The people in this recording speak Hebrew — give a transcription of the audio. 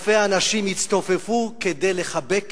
אלפי אנשים הצטופפו כדי לחבק